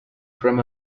from